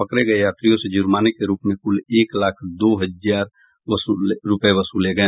पकड़े गए यात्रियों से जूर्माने के रूप में कुल एक लाख दो हजार रुपए वसूले गए